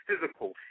physical